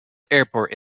airport